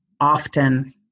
often